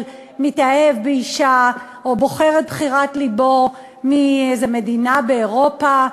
מתאהב באישה או בוחר את בחירת לבו מאיזה מדינה באירופה,